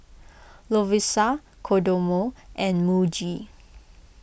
Lovisa Kodomo and Muji